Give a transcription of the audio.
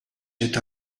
zit